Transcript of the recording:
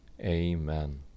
Amen